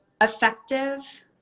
effective